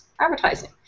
advertising